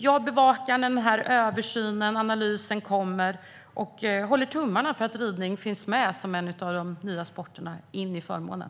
Jag bevakar översynen och analysen när den kommer, och jag håller tummarna för att ridning finns med som en av de nya sporterna inom förmånen.